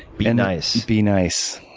be and nice. be nice.